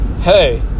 Hey